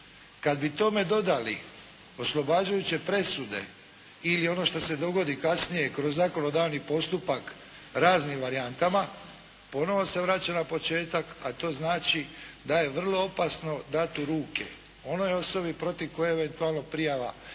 Kad bi tome dodali oslobađajuće presude ili ono šta se dogodi kasnije kroz zakonodavni postupak raznim varijantama, ponovo se vraća na početak a to znači da je vrlo opasno dati u ruke onoj osobi protiv koje je eventualno prijava